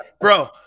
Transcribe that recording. bro